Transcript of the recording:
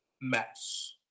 mess